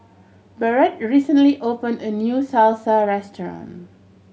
Barrett recently opened a new Salsa Restaurant